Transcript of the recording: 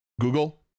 Google